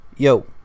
Yo